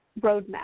roadmap